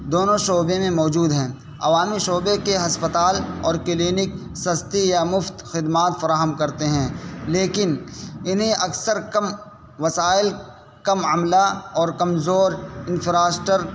دونوں شعبے میں موجود ہیں عوامی شعبے کے ہسپتال اور کلینک سستی یا مفت خدمات فراہم کرتے ہیں لیکن انہیں اکثر کم وسائل کم عملہ اور کمزور انفراسٹر